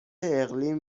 اقلیم